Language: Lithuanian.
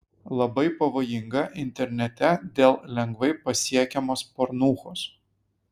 labai pavojinga internete dėl lengvai pasiekiamos pornūchos